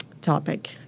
topic